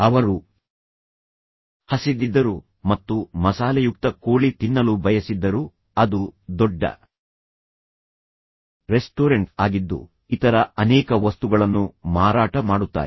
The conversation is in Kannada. ಅವರು ಹಸಿದಿದ್ದರು ಮತ್ತು ಮಸಾಲೆಯುಕ್ತ ಕೋಳಿ ತಿನ್ನಲು ಬಯಸಿದ್ದರು ಅದು ದೊಡ್ಡ ರೆಸ್ಟೋರೆಂಟ್ ಆಗಿದ್ದು ಇತರ ಅನೇಕ ವಸ್ತುಗಳನ್ನು ಮಾರಾಟ ಮಾಡುತ್ತಾರೆ